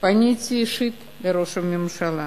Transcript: פניתי אישית אל ראש הממשלה